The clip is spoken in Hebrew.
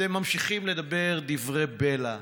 אתם ממשיכים לדבר דברי בלע,